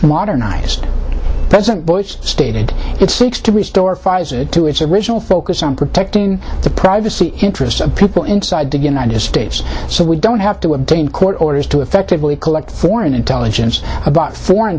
modernized president bush stated it seeks to restore pfizer to its original focus on protecting the privacy interests of people inside the united states so we don't have to obtain court orders to effectively collect foreign intelligence about foreign